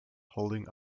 holding